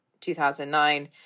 2009